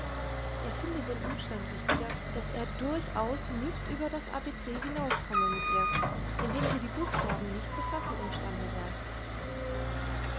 er finde den umstand wichtiger dass er durchaus nicht über das abc hinauskomme mit ihr indem sie die buchstaben nicht zu fassen imstande sei